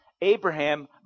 Abraham